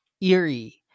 eerie